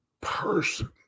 person